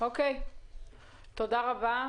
אין להם שום דבר.